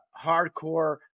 hardcore